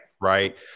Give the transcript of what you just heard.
Right